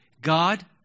God